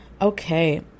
Okay